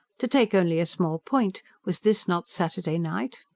to take only a small point was this not saturday night?